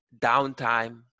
downtime